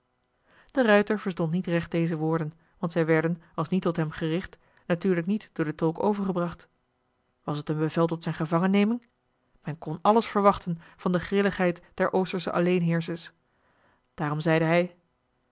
de ruijter verstond niet recht deze woorden want zij werden als niet tot hem gericht natuurlijk niet door den tolk overgebracht was het een bevel tot zijn gevangenneming men kon alles verwachten van de grilligheid der oostersche alleenheerschers daarom zeide hij